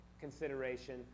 consideration